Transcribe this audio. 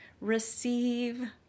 receive